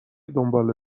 دنباله